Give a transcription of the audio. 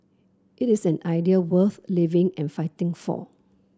it is an idea worth living and fighting for